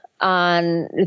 on